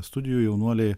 studijų jaunuoliai